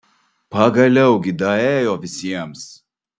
pagaliau gi daėjo visiems